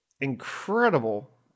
incredible